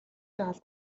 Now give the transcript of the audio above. жаал